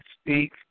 speak